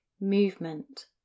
movement